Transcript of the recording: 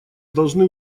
должны